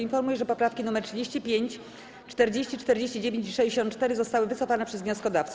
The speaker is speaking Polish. Informuję, że poprawki nr 35, 40, 49 i 64 zostały wycofane przez wnioskodawców.